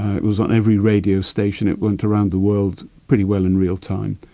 it was on every radio station, it went around the world pretty well in real time.